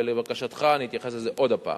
ולבקשתך אני אתייחס לזה עוד פעם.